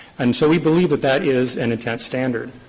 and so we believe that that is an intent standard.